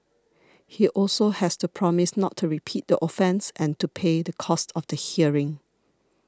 he also has to promise not to repeat the offence and to pay the cost of the hearing